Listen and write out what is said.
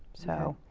so,